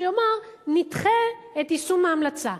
שיאמר: נדחה את יישום ההמלצה.